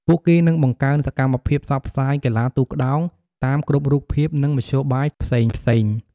ពួកគេនឹងបង្កើនសកម្មភាពផ្សព្វផ្សាយកីឡាទូកក្ដោងតាមគ្រប់រូបភាពនឹងមធ្យោបាយផ្សេងៗ។